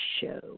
show